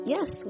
Yes